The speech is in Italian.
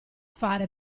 fare